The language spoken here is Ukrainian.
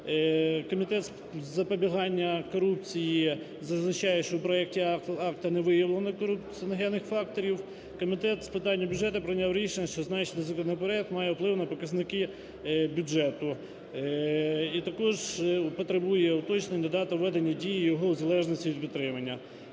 Комітет з запобігання корупції зазначає, що в проекті акту не виявлено корупціогенних факторів. Комітет з питань бюджету прийняв рішення, що значений законопроект має вплив на показники бюджету і також потребує уточнень та дату введення в дію його в залежності від підтримання.